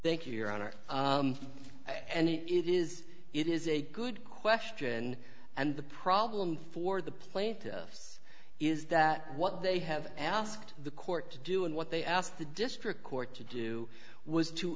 thank you your honor and it is it is a good question and the problem for the plaintiffs is that what they have asked the court to do and what they asked the district court to do was to